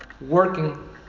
working